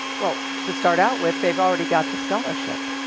well, to start out with, they've already got the scholarship.